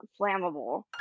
flammable